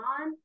on